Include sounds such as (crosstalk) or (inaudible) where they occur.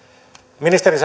ministeri (unintelligible)